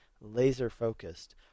laser-focused